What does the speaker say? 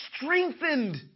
strengthened